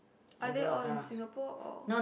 are they all in Singapore or